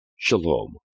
Shalom